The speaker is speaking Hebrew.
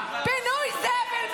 לכם, על התשובה הזאת.